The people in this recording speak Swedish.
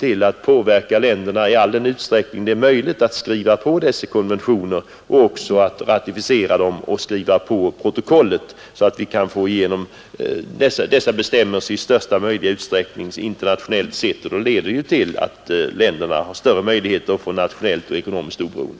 Vi har anledning att i all den utsträckning det är möjligt påverka andra länder att skriva på dessa konventioner och också ratificera dem och skriva under protokollet. Om konventionerna får en vidare internationell anslutning, så leder detta till större möjligheter för u-länderna att nå nationellt och ekonomiskt oberoende.